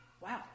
Wow